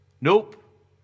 Nope